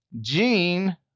Gene